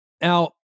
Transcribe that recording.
Now